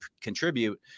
contribute